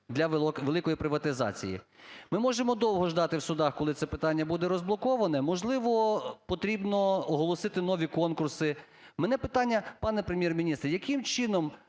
для великої приватизації. Ми можемо довго ждати в судах, коли це питання буде розблоковане. Можливо, потрібно оголосити нові конкурси. У мене питання, пане Прем'єр-міністр, яким чином